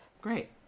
Great